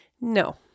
No